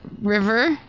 River